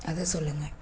அதை சொல்லுங்கள்